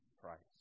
Christ